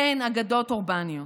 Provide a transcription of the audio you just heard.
אין אגדות אורבניות.